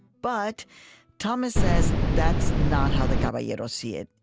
but thomas says that's not how the caballeros see it.